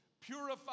Purify